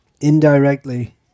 indirectly